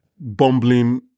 bumbling